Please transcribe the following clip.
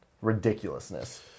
ridiculousness